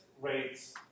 rates